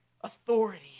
Authority